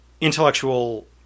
intellectual